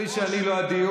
נדמה לי שאני לא הדיון.